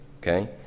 Okay